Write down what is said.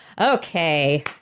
Okay